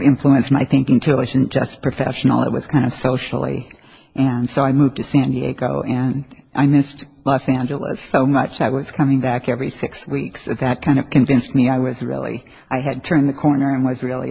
influenced my thinking to wasn't just professional i was kind of socially and so i moved to san diego and i missed last angelus so much i was coming back every six weeks and that kind of convinced me i was really i had turned the corner and was really